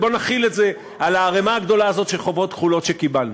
ובואו ונחיל את זה על הערמה הגדולה הזאת של החוברות הכחולות שקיבלנו.